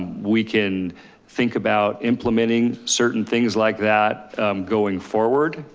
we can think about implementing certain things like that going forward.